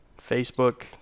Facebook